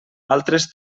altres